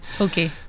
Okay